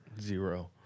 zero